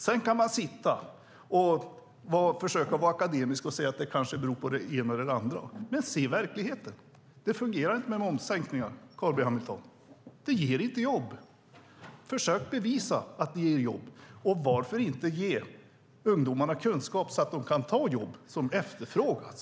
Sedan kan man försöka vara akademisk och säga att det beror på det ena eller det andra. Men se på verkligheten. Det fungerar inte med momssänkningar, Carl B Hamilton. De ger inte jobb. Försök bevisa att de ger jobb. Varför kan inte ungdomarna ges kunskap så att de kan ta de jobb som efterfrågas?